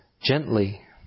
gently